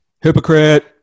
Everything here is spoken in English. Hypocrite